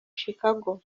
chicago